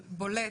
בולט,